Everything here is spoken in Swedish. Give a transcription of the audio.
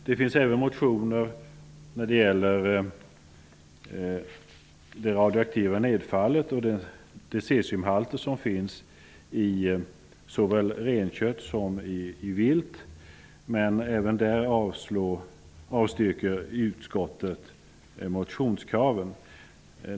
Det finns även motioner som gäller det radioaktiva nedfallet och de cesiumhalter som finns såväl i renkött som i vilt. Men även där avstyrker utskottet motionskraven.